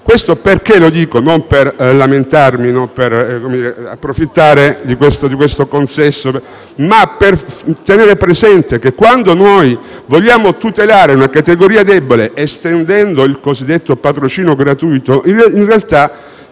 questo non per lamentarmi o per approfittare di questo consesso, ma per tener presente che, quando noi vogliamo tutelare una categoria debole estendendo il cosiddetto patrocinio gratuito, in realtà,